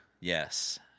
Yes